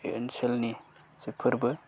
बे ओनसोलनि जे फोरबो